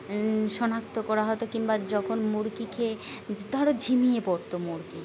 শনাক্ত করা হতো কিংবা যখন মুরগি খেয়ে ধরো ঝিমিয়ে পড়তো মুরগি